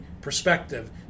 perspective